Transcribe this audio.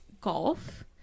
golf